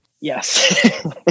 yes